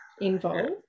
involved